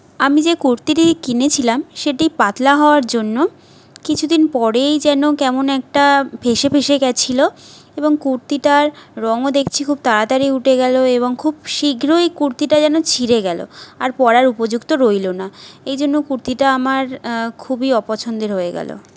আমি যে কুর্তিটি কিনেছিলাম সেটি পাতলা হওয়ার জন্য কিছু দিন পরেই যেন কেমন একটা ফেঁসে ফেঁসে গেছিলো এবং কুর্তিটার রঙও দেখছি খুব তাড়াতাড়ি উঠে গেলো এবং খুব শীঘ্রই কুর্তিটা যেন ছিঁড়ে গেলো আর পরার উপযুক্ত রইলো না এই জন্য কুর্তিটা আমার খুবই অপছন্দের হয়ে গেলো